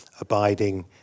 abiding